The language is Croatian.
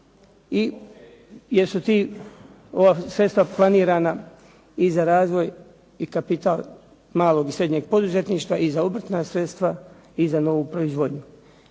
i jesu ta sredstva planirana i za razvoj i kapital malog i srednjeg poduzetništva i za obrtna sredstva i za novu proizvodnju.